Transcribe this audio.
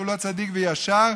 הוא לא בדיוק אוהב את מדינת ישראל,